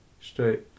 straight